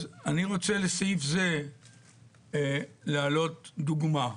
אז אני רוצה לסעיף זה להעלות דוגמה.